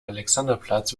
alexanderplatz